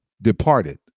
departed